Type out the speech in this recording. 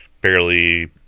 barely